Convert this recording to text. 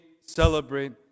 celebrate